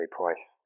price